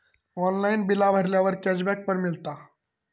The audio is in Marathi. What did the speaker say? ऑनलाइन बिला भरल्यावर कॅशबॅक पण मिळता